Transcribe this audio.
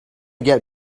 get